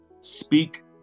speak